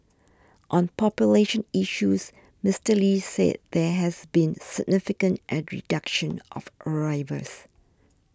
on population issues Mister Lee said there has been significant reduction of new arrivals